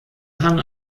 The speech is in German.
kann